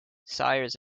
sires